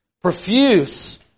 Profuse